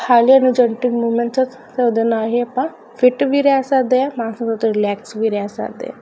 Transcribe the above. highly energetic movements ਉਹਦੇ ਨਾਲ ਹੀ ਆਪਾਂ ਫਿਟ ਵੀ ਰਹਿ ਸਕਦੇ ਹਾਂ ਰਿਲੈਕਸ ਵੀ ਰਹਿ ਸਕਦੇ ਹਾਂ